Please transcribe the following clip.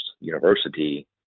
university